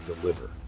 deliver